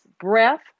breath